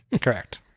correct